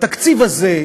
בתקציב הזה,